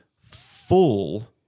full